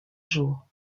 jours